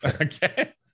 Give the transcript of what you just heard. okay